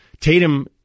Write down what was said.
Tatum